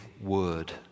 word